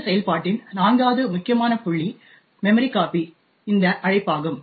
இந்த செயல்பாட்டின் நான்காவது முக்கியமான புள்ளி memcpy இந்த அழைப்பாகும்